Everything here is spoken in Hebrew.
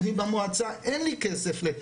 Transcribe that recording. אני במועצה אין לי כסף ל-,